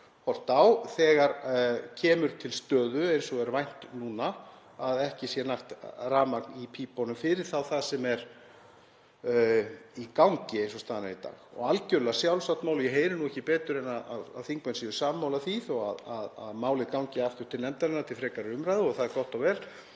horft til þegar kemur til stöðu eins og er vænt núna, að ekki sé nægt rafmagn í pípunum fyrir það sem er í gangi eins og staðan er í dag. Og algjörlega sjálfsagt mál og ég heyri ekki betur en að þingmenn séu sammála því, þó að málið gangi aftur til nefndarinnar til frekari umræðu og það er gott og vel,